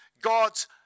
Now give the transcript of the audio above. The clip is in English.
God's